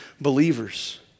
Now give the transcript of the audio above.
believers